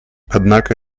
однако